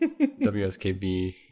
WSKB